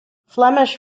flemish